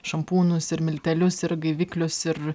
šampūnus ir miltelius ir gaiviklius ir